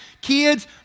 kids